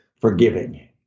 forgiving